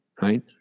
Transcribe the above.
Right